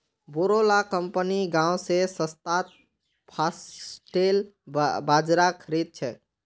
बोरो ला कंपनि गांव स सस्तात फॉक्सटेल बाजरा खरीद छेक